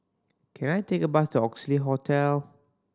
can I take a bus to Oxley Hotel